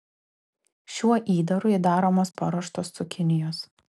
šiuo įdaru įdaromos paruoštos cukinijos